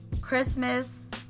Christmas